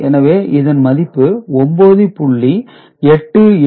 எனவே இதன் மதிப்பு 9